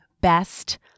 best